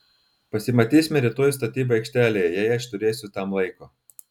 pasimatysime rytoj statybų aikštelėje jei aš turėsiu tam laiko